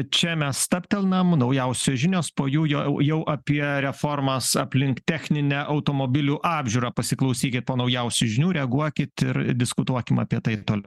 čia mes stabtelnam naujausios žinios po jų jau jau apie reformas aplink techninę automobilių apžiūrą pasiklausykit po naujausių žinių reaguokit ir diskutuokim apie tai toliau